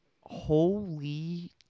Holy